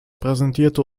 präsentierte